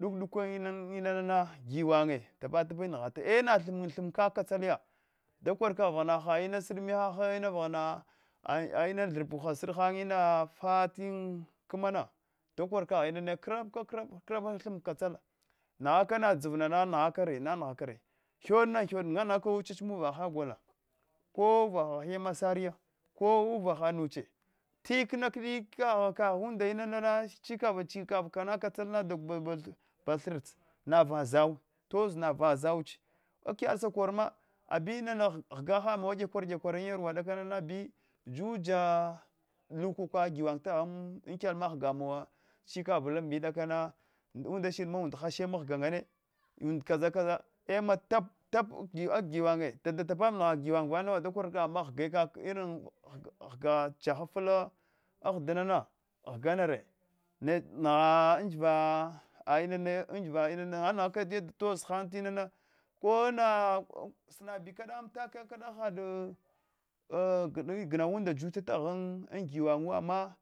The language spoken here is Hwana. duk dukwa inana gwannye tapa tapa nghata e na thm mna thm kaka an katsola yada koika vaghana hahad mang sid mihaha ina vaghana ina thrpuka sid han inaftin kamana dakor kagh inane krap kaka krapa thim ta katsala nghaka na dzavnama nghakare nanghakara ghyod na ghyodohe ngama nanghaka wawachach muvah gola ko uvaka hiya masariya ko uvaha neche tik naks kaghunanda inana chikavin chikav kana kakala ba thrts thrts tozna vazau ak yad sakonma abi nana ghgaha muwa va kwar yakwarana an yarwa na juba lukuka gwant han ankyalama ghgamuwa chik avl amdiya kda kana undashed ma unda hashe mghga ngame kaza kaza e ma tapa tapa gwanunye dada tap ngha giwan unda shidma ha da kor ghga kak irin gha- ghagh jahafla ahdinana ghganare ngha angiva inana naanghaka yada toz han tinana kana sinabi kada amtakae kada hahad gnauwunda tuta ghan giwan ama